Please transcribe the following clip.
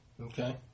Okay